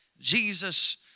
Jesus